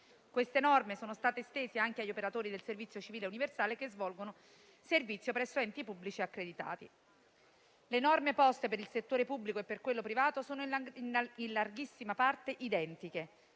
Queste norme sono state estese anche gli operatori del Servizio civile universale, che svolgono servizio presso enti pubblici accreditati. Le norme poste per il settore pubblico e per quello privato sono in larghissima parte identiche.